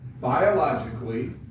Biologically